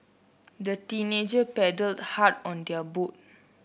the teenager paddled hard on their boat